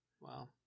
Wow